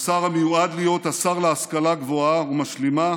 השר המיועד להיות השר להשכלה גבוהה ומשלימה